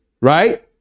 right